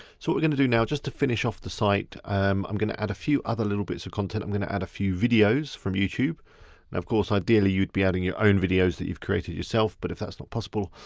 so what we're gonna do now just to finish off the site, um i'm gonna add a few other little bits of content. i'm gonna add a few videos from youtube. and of course ideally you'd be adding your own videos that you've created yourself but if that's not possible,